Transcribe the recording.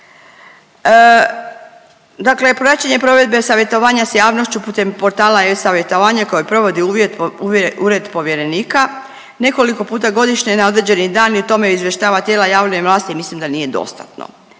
Dakle, praćenje provedbe savjetovanja s javnošću putem portala e-savjetovanje koje provodi Ured povjerenika nekoliko puta godišnje na određeni dan i o tome izvještava tijela javne vlasti, mislim da nije dostatno